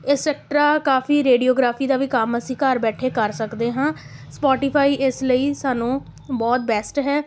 etcetera ਕਾਫ਼ੀ radiography ਦਾ ਵੀ ਕੰਮ ਅਸੀਂ ਘਰ ਬੈਠੇ ਕਰ ਸਕਦੇ ਹਾਂ ਸਪੋਟੀਫਾਈ ਇਸ ਲਈ ਸਾਨੂੰ ਬਹੁਤ ਬੈਸਟ ਹੈ